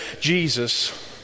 Jesus